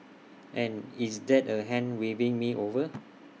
and is that A hand waving me over